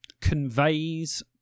conveys